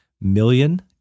million